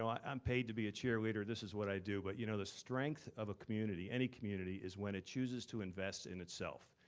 um paid to be a cheerleader, this is what i do, but you know the strength of a community, any community, is when it chooses to invest in itself.